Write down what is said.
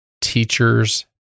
Teacher's